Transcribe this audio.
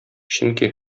чөнки